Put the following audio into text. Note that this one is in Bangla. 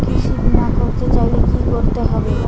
কৃষি বিমা করতে চাইলে কি করতে হবে?